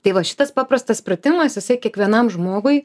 tai va šitas paprastas pratimas jisai kiekvienam žmogui